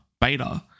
beta